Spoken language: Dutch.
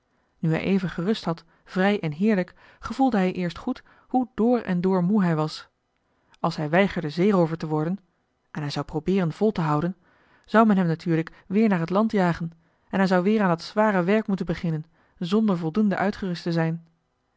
hij even gerust had vrij en heerlijk gevoelde hij eerst goed hoe door en door moe hij was als hij weigerde zeeroover te worden en hij zou probeeren vol te houden zou men hem natuurlijk weer naar het land jagen en hij zou weer aan dat zware werk moeten beginnen zonder voldoende uitgerust te zijn